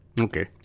Okay